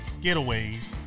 getaways